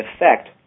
effect